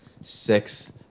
six